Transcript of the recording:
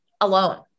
alone